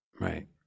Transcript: Right